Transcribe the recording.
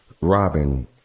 Robin